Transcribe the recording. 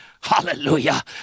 Hallelujah